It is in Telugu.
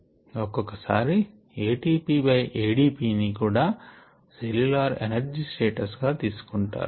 ఒకొక్కసారి A T P by A D P ని కూడా సెల్ల్యూలార్ ఎనేర్జి స్టేటస్ గా తీసుకుంటారు